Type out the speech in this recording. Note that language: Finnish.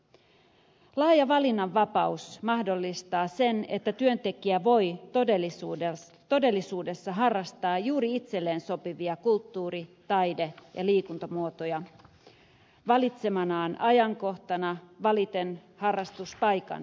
laaja valinnanvapaus mahdollistaa sen että työntekijä voi todellisuudessa harrastaa juuri itselleen sopivia kulttuuri taide ja liikuntamuotoja valitsemanaan ajankohtana valiten harrastuspaikan ja tavan